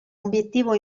obiettivo